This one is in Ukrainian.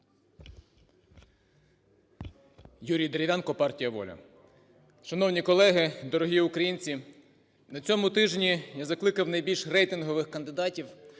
Юрій Дерев'янко, партія "Воля". Шановні колеги! Дорогі українці! На цьому тижні я закликав найбільш рейтингових кандидатів